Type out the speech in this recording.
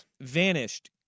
vanished